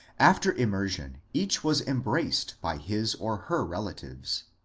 after immersion each was embraced by his or her relatives.